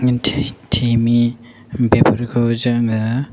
थिमि बेफोरखौ जोङो